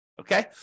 Okay